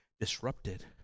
disrupted